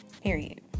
period